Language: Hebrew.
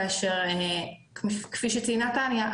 כאשר כפי שציינה תניה,